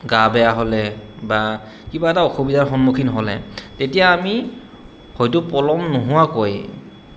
গা বেয়া হ'লে বা কিবা এটা অসুবিধাৰ সন্মুখীন হ'লে তেতিয়া আমি হয়তো পলম নোহোৱাকৈ